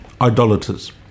idolaters